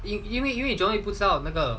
因为因为 john wick 不知道那个